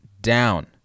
down